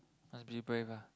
must be brave ah